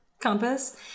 compass